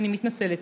אני מתנצלת.